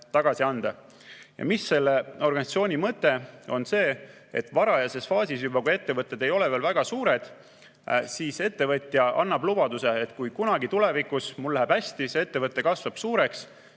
tagasi anda. Mis on selle organisatsiooni mõte? See, et juba varajases faasis, kui ettevõtted ei ole veel väga suured, annab ettevõtja lubaduse, et kui kunagi tulevikus tal läheb hästi, see ettevõte kasvab suureks,